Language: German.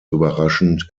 überraschend